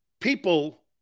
people